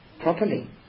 properly